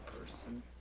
person